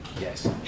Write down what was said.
Yes